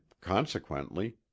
consequently